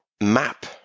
map